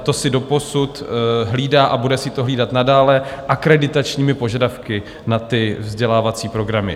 To si doposud hlídá a bude si to hlídat nadále akreditačními požadavky na vzdělávací programy.